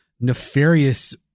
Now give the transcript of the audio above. nefarious